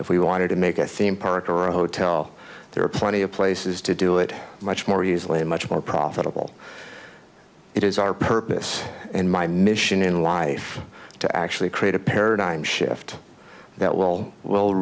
if we wanted to make a theme park or a hotel there are plenty of places to do it much more easily and much more profitable it is our purpose and my mission in life to actually create a paradigm shift that will will